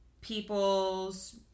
people's